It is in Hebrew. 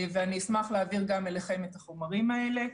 ואני אשמח להעביר גם אליכם את החומרים האלה.